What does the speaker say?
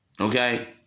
okay